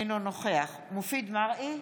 אינו נוכח מופיד מרעי,